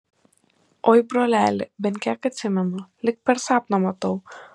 oi broleli bent kiek atsimenu lyg per sapną matau